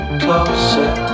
closer